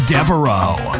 Devereaux